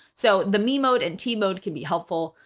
so the remote and timecode can be helpful.